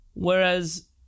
Whereas